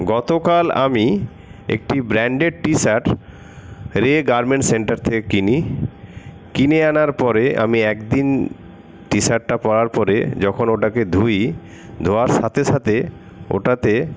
গতকাল আমি একটি ব্রান্ডেড টি শার্ট রে গারমেন্ট সেন্টার থেকে কিনি কিনে আনার পরে আমি একদিন টি শার্টটা পরার পরে যখন ওটাকে ধুই ধোয়ার সাথে সাথে ওটাতে